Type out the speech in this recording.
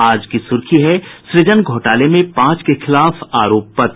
आज की सुर्खी है सृजन घोटालें में पांच के खिलाफ आरोप पत्र